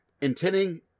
intending